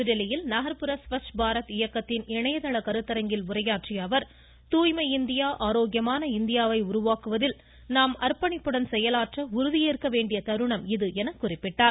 புதுதில்லியில் நகர்ப்புற ஸ்வச் பாரத் இயக்கத்தின் இணையதள கருத்தரங்கில் உரையாற்றிய அவர் தூய்மை இந்தியா உருவாக்குவதில் நாம் அர்ப்பணிப்புடன் செயலாற்ற உறுதியேற்க வேண்டிய தருணம் இது என்று குறிப்பிட்டார்